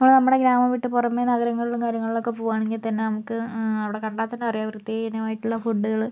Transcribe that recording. നമ്മള് നമ്മുടെ ഗ്രാമം വിട്ട് പുറമെ നഗരങ്ങളിലും കാര്യങ്ങളിലും ഒക്കെ പോകുവാണെങ്കിൽ തന്നെ നമുക്ക് അവിടെ കണ്ടാൽ തന്നെ അറിയാം അവിടെ വൃത്തിഹീനമായിട്ടുള്ള ഫുഡുകള്